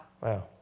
Wow